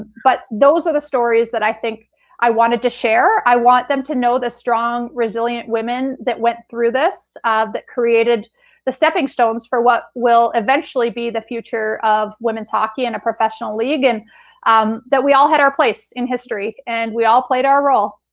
but those are the stories that i think i wanted to share. i want them to know the strong resilient women that went through this, that created the stepping stones for what will eventually be the future of women's hockey in a professional league and um we all had our place in history and we all played our role.